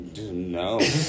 No